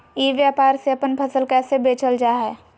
ई व्यापार से अपन फसल कैसे बेचल जा हाय?